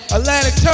Atlantic